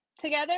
together